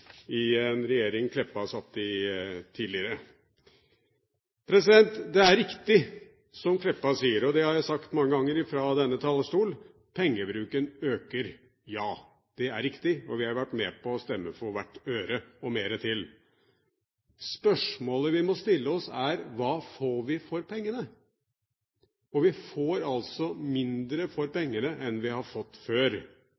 i en regjering Meltveit Kleppa satt i tidligere. Det er riktig, som Meltveit Kleppa sier, og det har jeg sagt mange ganger fra denne talerstol, pengebruken øker – ja, det er riktig, og vi har vært med på å stemme for hvert øre, og mer til. Spørsmålet vi må stille oss, er: Hva får vi for pengene? Vi får altså mindre for